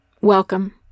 Welcome